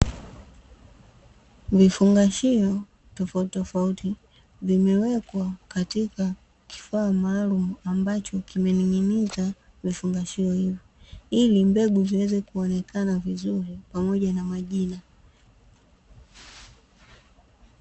Vifungashio tofautitofauti vimewekwa katika kifaa maalumu, ambacho kimening'iniza vifungashio hivyo ili mbegu ziweze kuonekana vizuri pamoja na majina.